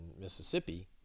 Mississippi